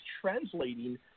translating